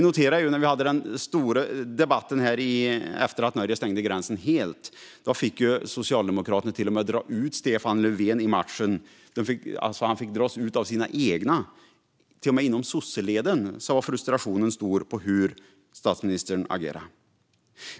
När vi hade den stora debatten här efter att Norge stängde gränsen helt fick Socialdemokraterna till och med dra ut Stefan Löfven i matchen. Han fick dras ut av sina egna. Till och med inom sosseleden var frustrationen stor när det gäller hur statsministern agerade.